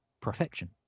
perfection